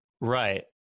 right